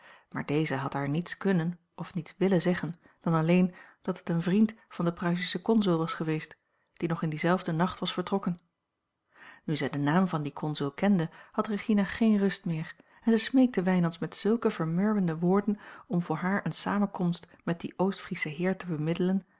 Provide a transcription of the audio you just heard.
maar deze had haar niets kunnen of niets willen zeggen dan alleen dat het een vriend van den pruisischen consul was geweest die nog in dienzelfden nacht was vertrokken nu zij den naam van dien consul kende had regina geen rust meer en zij smeekte wijnands met zulke vermurwende woorden om voor haar eene samenkomst met dien oostfrieschen heer te bemiddelen